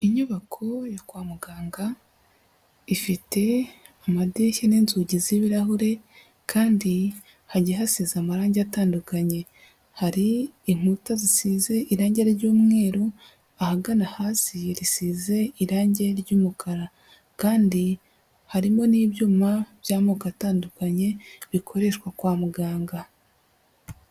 Inyubako yo kwa muganga ifite amadirishya n'inzugi z'ibirahure kandi hagiye hasize amarangi atandukanye. Hari inkuta zisize irangi ry'umweru ahagana hasi risize irangi ry'umukara kandi harimo n'ibyuma by'amoko atandukanye bikoreshwa kwa muganga.